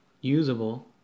usable